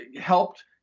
helped